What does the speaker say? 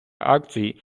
акцій